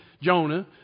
Jonah